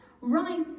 Right